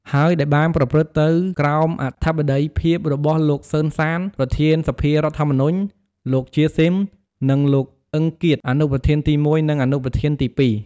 ហើយ ដែលបានប្រព្រឹត្តទៅក្រោមអធិបតីភាពរបស់លោក សឺន សាន ប្រធានសភាធម្មនុញ្ញ លោក ជា ស៊ីម និងលោក អ៊ឹង គៀត អនុប្រធានទី១ និងអនុប្រធានទី២។